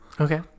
Okay